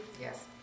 Yes